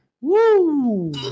Woo